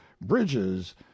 bridges